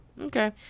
Okay